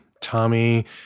Tommy